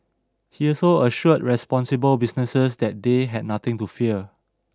he also assured responsible businesses that they had nothing to fear